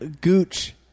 Gooch